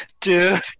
dude